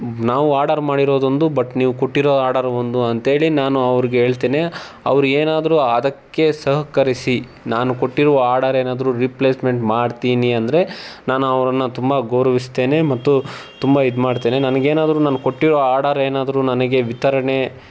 ನಾವು ಆಡರ್ ಮಾಡಿರೋದೊಂದು ಬಟ್ ನೀವು ಕೊಟ್ಟಿರೋ ಆಡರ್ ಒಂದು ಅಂತ್ಹೇಳಿ ನಾನು ಅವರಿಗೆ ಹೇಳ್ತೇನೆ ಅವರು ಏನಾದರೂ ಆದಕ್ಕೆ ಸಹಕರಿಸಿ ನಾನು ಕೊಟ್ಟಿರುವ ಆಡರ್ ಏನಾದರೂ ರೀಪ್ಲೇಸ್ಮೆಂಟ್ ಮಾಡ್ತೀನಿ ಅಂದರೆ ನಾನು ಅವ್ರನ್ನು ತುಂಬ ಗೌರವಿಸ್ತೇನೆ ಮತ್ತು ತುಂಬ ಇದು ಮಾಡ್ತೇನೆ ನನಗೇನಾದ್ರೂ ನಾನು ಕೊಟ್ಟಿರೋ ಆಡರ್ ಏನಾದರೂ ನನಗೆ ವಿತರಣೆ